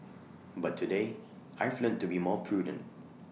but today I've learnt to be more prudent